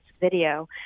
video